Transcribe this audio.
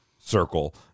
circle